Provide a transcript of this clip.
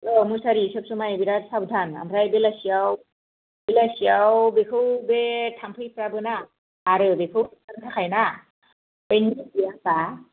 अ मुसारि सब समाय बेराद साबधान आमफ्राय बेलासिआव बेलासिआव बेखौ बे थामफैफ्राबोना आरो बेखौ खारहोनो थाखाय ना बै निम गैया होमबा